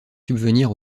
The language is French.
subvenir